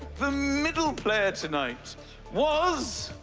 the middle player tonight was.